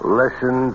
listen